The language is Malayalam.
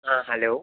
അ ഹലോ